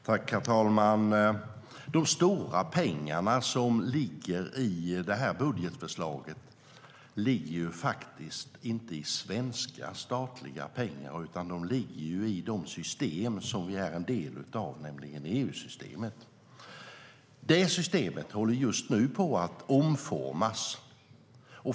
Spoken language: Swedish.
Herr talman! De stora pengarna i det här budgetförslaget är inte svenska statliga pengar, utan de ligger i det system som vi är del av, nämligen EU-systemet. Det håller just nu på att omformas.